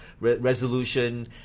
resolution